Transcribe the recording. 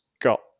got